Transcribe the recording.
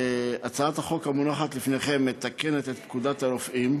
הצעת החוק המונחת לפניכם מתקנת את פקודת הרופאים,